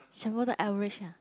全部的 average ah